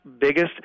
biggest